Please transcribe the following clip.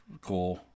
cool